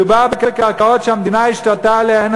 מדובר בקרקעות שהמדינה השתלטה עליהן,